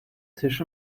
tisch